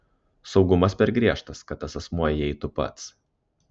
saugumas per griežtas kad tas asmuo įeitų pats